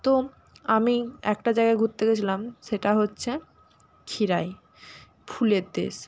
তো আমি একটা জায়গায় ঘুরতে গেছিলাম সেটা হচ্ছে ক্ষীরাই ফুলের দেশ